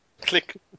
Click